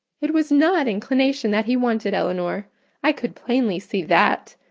it was not inclination that he wanted, elinor i could plainly see that.